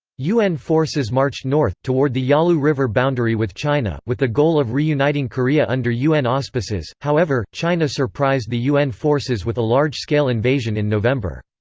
un forces marched north, toward the yalu river boundary with china, with the goal of reuniting korea under un auspices however, china surprised the un forces with a large-scale invasion in november.